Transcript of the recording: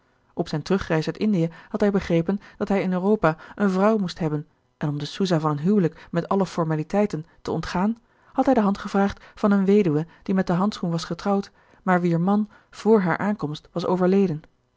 op zijne terugreis uit indie had hij begrepen dat hij in europa een vrouw moest hebben en om de soesa van een huwelijk met alle formaliteiten te ontgaan had hij de hand gevraagd van eene weduwe die met de handschoen was getrouwd maar wier man vr hare aankomst was overleden